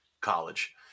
college